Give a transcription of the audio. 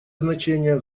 значение